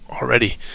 already